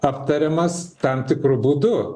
aptariamas tam tikru būdu